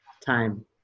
time